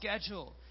schedule